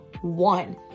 one